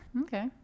okay